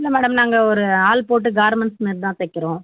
இல்லை மேடம் நாங்கள் ஒரு ஆள் போட்டு கார்மெண்ட்ஸ் மாரி தான் தைக்கிறோம்